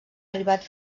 arribat